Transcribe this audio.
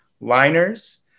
liners